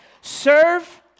Serve